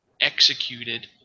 executed